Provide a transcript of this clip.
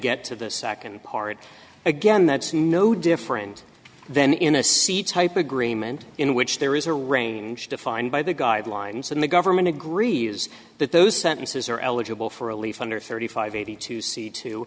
get to the second part again that's no different then in a sea type agreement in which there is a range defined by the guidelines and the government agrees that those sentences are eligible for a leaf under thirty five eighty two